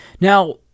Now